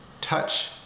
touch